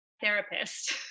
therapist